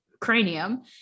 cranium